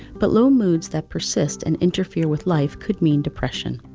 but low moods that persist and interfere with life could mean depression.